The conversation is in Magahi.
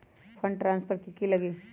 फंड ट्रांसफर कि की लगी?